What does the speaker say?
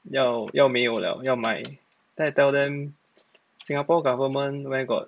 要要没有了要买 then I tell them singapore government where got